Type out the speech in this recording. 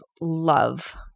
love